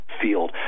field